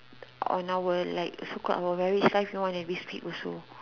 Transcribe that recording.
on our like so called our marriage life you want to be split also